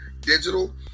digital